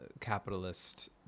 capitalist